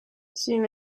siin